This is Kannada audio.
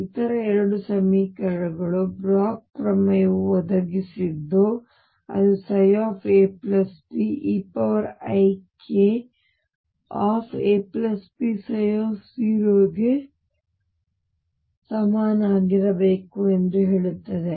ಇತರ ಎರಡು ಸಮೀಕರಣಗಳನ್ನು ಬ್ಲೋಚ್ ಪ್ರಮೇಯವು ಒದಗಿಸಿದ್ದು ಅದು ψ ab eikabψ ಗೆ ಸಮನಾಗಿರಬೇಕು ಎಂದು ಹೇಳುತ್ತದೆ